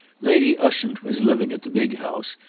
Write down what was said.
lady ushant was living at the big house,